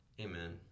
Amen